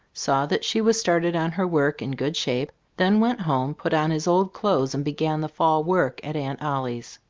saw that she was started on her work in good shape, then went home, put on his old clothes, and began the fall work at aunt ollie's.